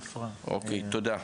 אוקיי, תודה.